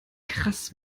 krass